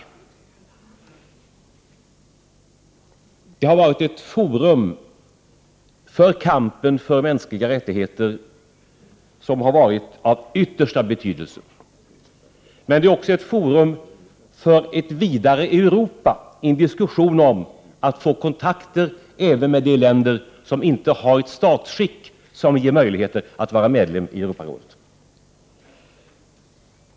Rådet har varit ett forum för kampen för mänskliga rättigheter som har varit av yttersta betydelse, men det är också ett forum för ett vidare Europa, för en diskussion om att få kontakter även med de länder som inte har ett statsskick som ger dem möjlighet att vara medlem i Europarådet.